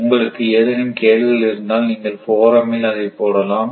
உங்களுக்கு ஏதேனும் கேள்விகள் இருந்தால் நீங்கள் போரமில் அதை போடலாம்